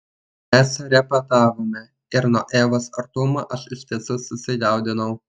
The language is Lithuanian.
mes repetavome ir nuo evos artumo aš iš tiesų susijaudinau